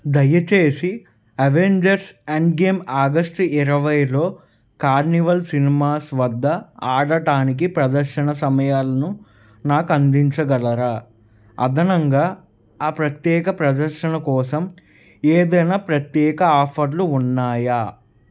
దయచేసి Avengers Endgame August ఇరవైలో Carnival Cinemas వద్ద ఆడటానికి ప్రదర్శన సమయాలను నాకు అందించగలరా అదనంగా ఆ ప్రత్యేక ప్రదర్శన కోసం ఏదైనా ప్రత్యేక ఆఫర్లు ఉన్నాయా